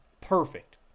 perfect